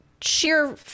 sheer